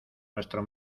nuestro